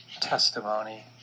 testimony